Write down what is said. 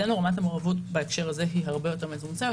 אצלנו רמת המעורבות בהקשר הזה היא הרבה יותר מצומצמת,